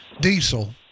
diesel